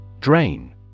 Drain